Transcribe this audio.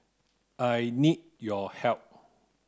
I need your help